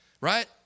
Right